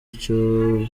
icyo